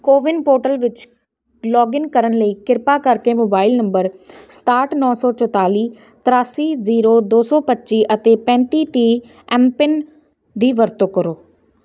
CoWIN portal ਵਿੱਚ login ਕਰਨ ਲਈ ਕਿਰਪਾ ਕਰਕੇ ਮੋਬਾਈਲ ਨੰਬਰ ਸਤਾਹਟ ਨੌਂ ਸੌ ਚੁਤਾਲੀ ਤਰਾਸੀ ਜੀਰੋ ਦੋ ਸੌ ਪੱਚੀ ਅਤੇ ਪੈਂਤੀ ਤੀਹ ਐਮ ਪਿੰਨ ਦੀ ਵਰਤੋਂ ਕਰੋ